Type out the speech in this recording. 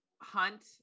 hunt